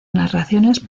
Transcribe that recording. narraciones